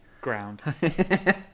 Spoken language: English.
Ground